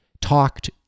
talked